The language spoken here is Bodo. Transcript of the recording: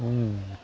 आङो